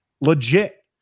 legit